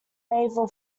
naval